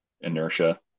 inertia